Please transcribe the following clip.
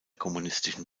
kommunistischen